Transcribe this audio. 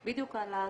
על התועמלניות,